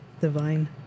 divine